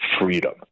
freedom